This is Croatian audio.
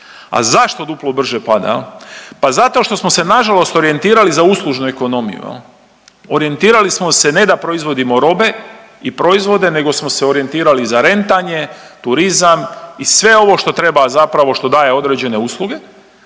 A zašto duplo brže pada jel? Pa zato što smo se nažalost orijentirali za uslužnu ekonomiju. Orijentirali smo se ne da proizvodimo robe i proizvode nego smo se orijentirali za rentanje, turizam i sve ovo što treba zapravo što daje određene usluge